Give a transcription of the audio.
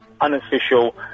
Unofficial